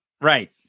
Right